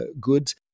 goods